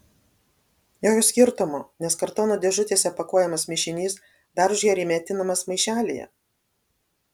jokio skirtumo nes kartono dėžutėse pakuojamas mišinys dar užhermetinamas maišelyje